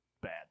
bad